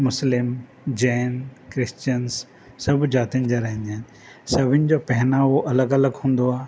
मुस्लिम Jain Christians सभु जातियुनि जा रहंदा आहिनि सभिनि जो पेहनावो अलॻि अलॻि हूंदो आहे